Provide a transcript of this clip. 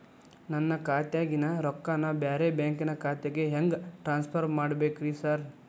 ನನ್ನ ಖಾತ್ಯಾಗಿನ ರೊಕ್ಕಾನ ಬ್ಯಾರೆ ಬ್ಯಾಂಕಿನ ಖಾತೆಗೆ ಹೆಂಗ್ ಟ್ರಾನ್ಸ್ ಪರ್ ಮಾಡ್ಬೇಕ್ರಿ ಸಾರ್?